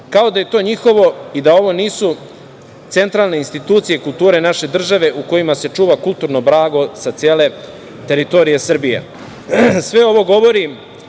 kao da je to njihovo i da ovo nisu centralne institucije kulture naše države u kojima se čuva kulturno blago sa cele teritorije Srbije. Sve ovo govori